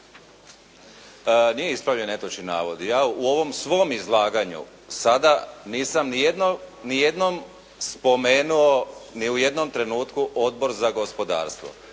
Nije ispravljen netočan navod. Ja u ovom svom izlaganju sada nisam ni jednom spomenuo ni u jednom trenutku Odbor za gospodarstvo.